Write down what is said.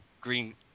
green